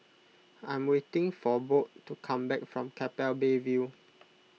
I'm waiting for Bode to come back from Keppel Bay View